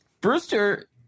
Brewster